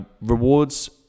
rewards